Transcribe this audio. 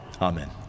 Amen